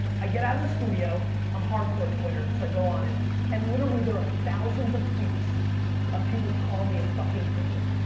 i get out of the studio, i'm hardcore twitter, so i go on it and literally there are thousands of tweets of people calling me a fucking idiot.